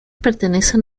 pertenecen